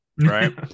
right